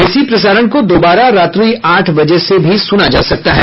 इसी प्रसारण को दोबारा रात्रि आठ बजे से भी सुना जा सकता है